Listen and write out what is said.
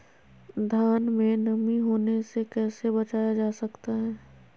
धान में नमी होने से कैसे बचाया जा सकता है?